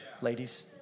ladies